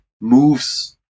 moves